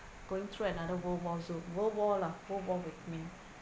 going through another world war also world war lah world war with me